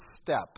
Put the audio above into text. step